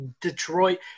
Detroit